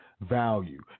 value